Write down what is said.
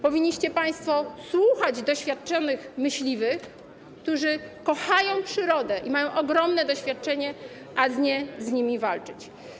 Powinniście państwo słuchać doświadczonych myśliwych, którzy kochają przyrodę i mają ogromne doświadczenie, a nie z nimi walczyć.